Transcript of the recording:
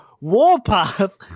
Warpath